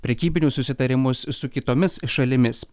prekybinius susitarimus su kitomis šalimis